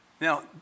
Now